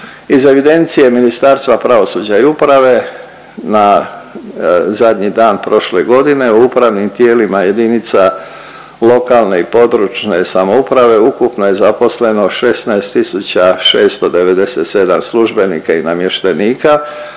Iz evidencije Ministarstva pravosuđa i uprave na zadnji dan prošle godine, u upravnim tijelima jedinica lokalne i područne samouprave ukupno je zaposleno 16 697 službenika i namještenika,